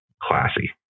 classy